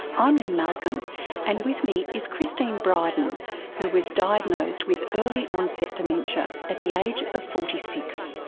um lynne malcolm and with me is christine bryden who was diagnosed with early onset dementia at the age of forty six.